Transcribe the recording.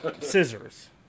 Scissors